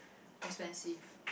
expensive